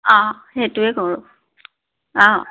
অঁ সেইটোৱেই কৰোঁ অঁ